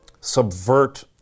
subvert